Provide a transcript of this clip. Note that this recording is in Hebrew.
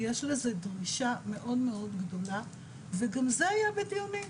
יש לזה דרישה מאוד גדולה, וגם זה יהיה בדיונים.